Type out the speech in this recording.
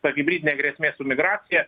ta hibridinė grėsmė su migracija